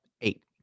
Eight